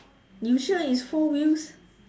you sure it's four wheels